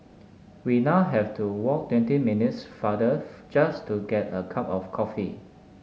we now have to walk twenty minutes farther just to get a cup of coffee